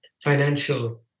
financial